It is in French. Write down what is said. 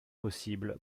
possible